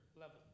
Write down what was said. level